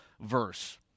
verse